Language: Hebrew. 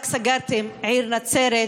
רק סגרתם את העיר נצרת,